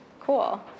cool